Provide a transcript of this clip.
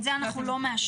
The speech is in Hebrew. את זה אנחנו לא מאשרים.